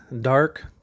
dark